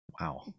wow